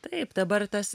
taip dabar tas